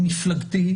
ומפלגתי,